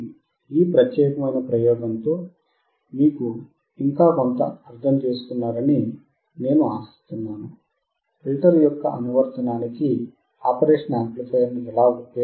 కాబట్టి ఈ ప్రత్యేకమైన ప్రయోగంతో మీరు ఇంకా కొంత అర్థం చేసుకున్నారని నేను ఆశిస్తున్నాను ఫిల్టర్ యొక్క అనువర్తనానికి ఆపరేషనల్ యాంప్లిఫైయర్ను ఎలా ఉపయోగించాలో